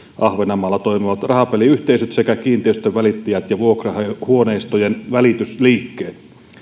ahvenanmaalla toimivat rahapeliyhteisöt sekä kiinteistönvälittäjät ja vuokrahuoneistojen välitysliikkeet